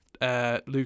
Luke